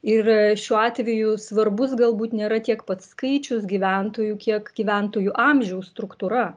ir šiuo atveju svarbus galbūt nėra tiek pats skaičius gyventojų kiek gyventojų amžiaus struktūra